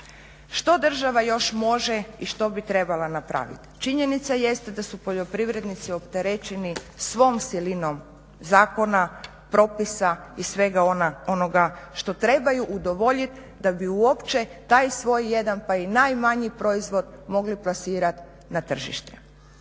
Što država još može i što bi trebala napraviti. Činjenica jeste da su poljoprivrednici opterećeni svom silinom zakona, propisa i svega onoga što trebaju udovoljiti da bi uopće taj svoj jedan pa i najmanji proizvod mogli plasirati na tržište.